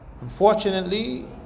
Unfortunately